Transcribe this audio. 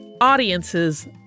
Audiences